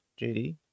jd